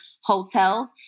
hotels